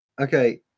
Okay